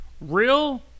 real